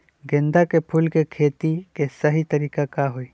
गेंदा के फूल के खेती के सही तरीका का हाई?